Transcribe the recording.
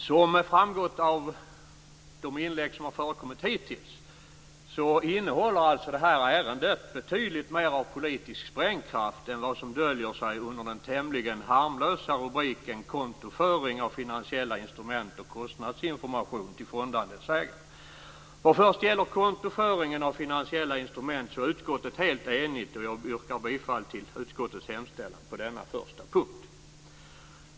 Som framgått av de inlägg som har förekommit hittills innehåller detta ärende betydligt mer av politisk sprängkraft än vad som döljer sig under den tämligen harmlösa rubriken Kontoföring av finansiella instrument och kostnadsinformation till fondandelsägare. Vad först gäller kontoföringen av finansiella instrument är utskottet helt enigt, och jag yrkar bifall till utskottets hemställan på denna punkt.